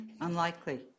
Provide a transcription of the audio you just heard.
Unlikely